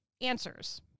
answers